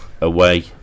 away